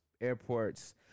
airports